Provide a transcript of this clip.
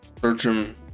Bertram